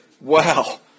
Wow